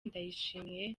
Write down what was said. ndayishimiye